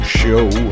show